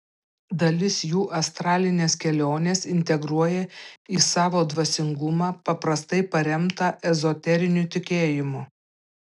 dalis jų astralines keliones integruoja į savo dvasingumą paprastai paremtą ezoteriniu tikėjimu